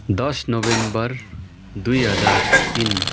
दस नोभेम्बर दुई हजार तिन